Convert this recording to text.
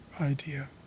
idea